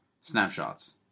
Snapshots